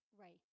Right